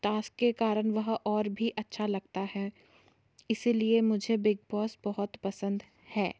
task के कारण वह और भी अच्छा लगता है इसीलिए मुझे बिगबॉस बहुत पसंद है